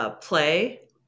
Play